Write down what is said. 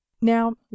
Now